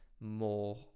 more